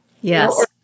Yes